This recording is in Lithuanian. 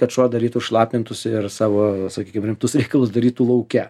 kad šuo darytų šlapintųsi ir savo sakykim rimtus reikalus darytų lauke